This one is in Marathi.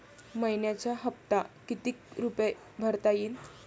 मइन्याचा हप्ता कितीक रुपये भरता येईल?